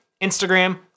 Instagram